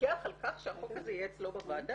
להתווכח על כך שהחוק הזה יהיה אצלו בוועדה.